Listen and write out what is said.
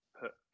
put